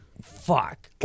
fuck